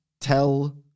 tell